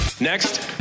Next